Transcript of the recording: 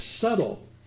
subtle